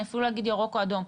אני אפילו לא אגיד ירוק או אדום,